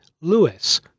Lewis